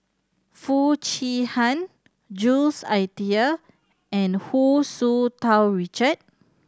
Foo Chee Han Jules Itier and Hu Tsu Tau Richard